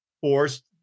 forced